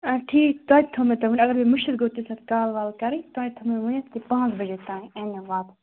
آ ٹھیٖک توتہِ تھوٚو مےٚ تۄہہِ ؤنِتھ اگر مٔشِت گوٚو تَمہِ ساتہٕ کال وال کَرٕنۍ توتہِ تھوٚو مےٚ ؤنِتھ کہِ پانٛژھ بجے تام یِن یِم واپَس